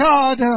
God